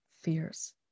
fears